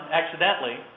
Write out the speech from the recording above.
accidentally